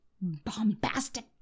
bombastic